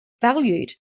valued